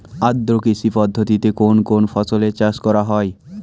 আদ্র কৃষি পদ্ধতিতে কোন কোন ফসলের চাষ করা হয়?